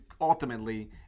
ultimately